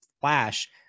flash